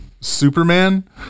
Superman